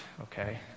okay